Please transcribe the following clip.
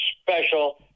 special